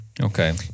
Okay